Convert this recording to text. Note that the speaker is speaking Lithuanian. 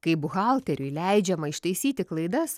kai buhalteriui leidžiama ištaisyti klaidas